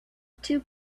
two